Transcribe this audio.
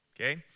Okay